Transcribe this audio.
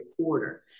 quarter